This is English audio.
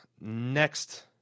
next